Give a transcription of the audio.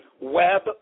web